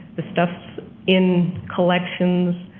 the stuff in collections,